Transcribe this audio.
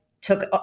took